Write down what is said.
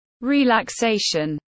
relaxation